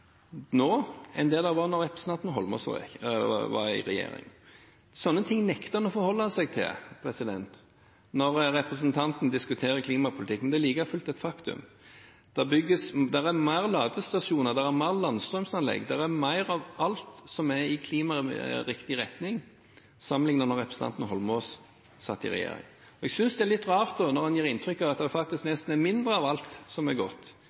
nå enn det det var da representanten Eidsvoll Holmås var i regjering. Sånne ting nekter en å forholde seg til når representanten diskuterer klimapolitikk, men det er like fullt et faktum. Det er flere ladestasjoner, det er flere landstrømanlegg, det er mer av alt som er i klimariktig retning, sammenliknet med da representanten Eidsvoll Holmås satt i regjering. Jeg synes det er litt rart når en gir inntrykk av at det faktisk nesten er mindre av alt som er godt,